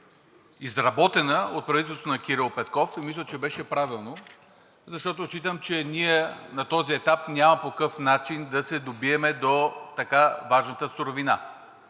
изработена от правителството на Кирил Петков и мисля, че беше правилно, защото считам, че ние на този етап няма по какъв начин да се сдобием до така важната суровина.